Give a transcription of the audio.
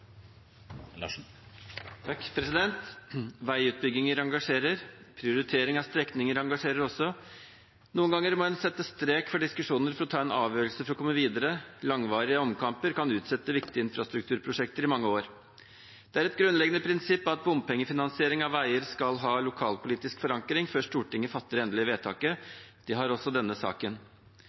ved protokollen. Veiutbygginger engasjerer, prioritering av strekninger engasjerer også. Noen ganger må en sette strek for diskusjoner for å ta en avgjørelse for å komme videre. Langvarige omkamper kan utsette viktige infrastrukturprosjekter i mange år. Det er et grunnleggende prinsipp at bompengefinansiering av veier skal ha lokalpolitisk forankring før Stortinget fatter det endelige vedtaket, det har også denne saken.